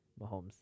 Mahomes